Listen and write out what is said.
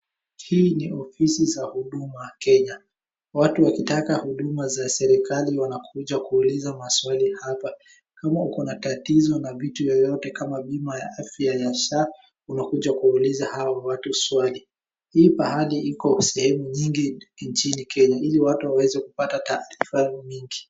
Hii ni ofisi za huduma Kenya. Watu wakitaka huduma za serikali wanakuja kuuliza maswali hapa. Kama uko na tatizo na vitu yoyote kama bima ya afya ya sha, unakuja kuuliza hao watu swali. Hii pahali iko sehemu nyingi nchini Kenya ili watu waweze kupata [?] mingi.